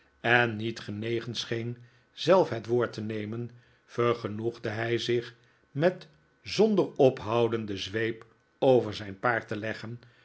en niet genegen scheen zelf het woord te nemen vergenoegde hij zich met zonder ophouden de zweep over zijn paard te leggen